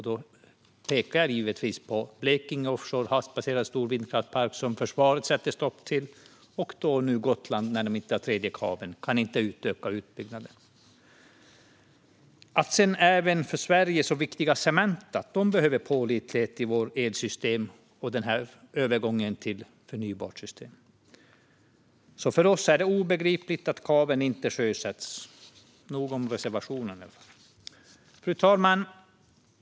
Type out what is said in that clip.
Då pekar jag givetvis på Blekinge Offshore, en stor vindkraftspark som försvaret sätter stopp för, och på Gotland, där man inte kan bygga ut utan den tredje kabeln. Att sedan även det för Sverige så viktiga Cementa behöver pålitlighet i vårt elsystem också med övergången till förnybart är självklart. För oss är det alltså obegripligt att kabeln inte sjösätts. Nog om reservationen. Fru talman!